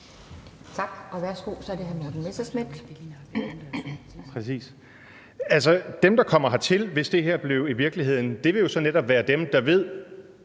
Værsgo. Kl. 17:49 Morten Messerschmidt (DF): Altså, dem, der kommer hertil, hvis det her blev virkelighed, vil jo så netop være dem, der ved,